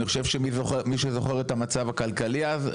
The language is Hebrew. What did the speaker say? אני חושב שמי שזוכר את המצב הכלכלי אז,